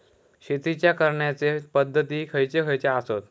शेतीच्या करण्याचे पध्दती खैचे खैचे आसत?